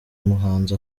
muhanzi